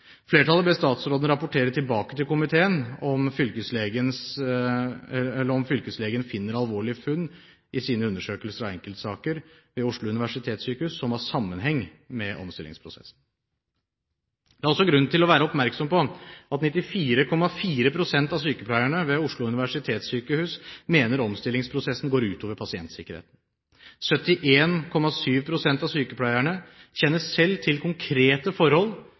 Flertallet ber statsråden rapportere tilbake til komiteen om fylkeslegen gjør alvorlige funn i sine undersøkelser av enkeltsaker ved Oslo universitetssykehus som har sammenheng med omstillingsprosessen. Det er også grunn til å være oppmerksom på at 94,4 pst. av sykepleierne ved Oslo universitetssykehus mener omstillingsprosessen går ut over pasientsikkerheten. 71,7 pst. av sykepleierne kjenner selv til konkrete forhold